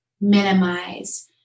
minimize